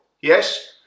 Yes